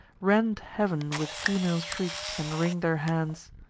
rend heav'n with female shrieks, and wring their hands.